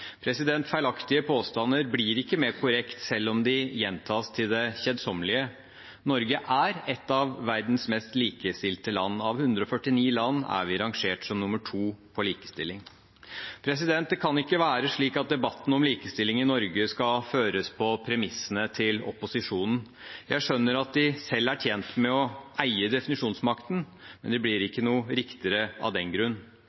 Feilaktige påstander blir ikke mer korrekte selv om de gjentas til det kjedsommelige. Norge er et av verdens mest likestilte land. Av 149 land er vi rangert som nr. 2 på likestilling. Det kan ikke være slik at debatten om likestilling i Norge skal føres på premissene til opposisjonen. Jeg skjønner at de selv er tjent med å eie definisjonsmakten, men det blir ikke noe riktigere av den grunn.